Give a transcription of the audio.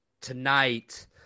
tonight